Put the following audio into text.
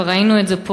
וראינו את זה פה,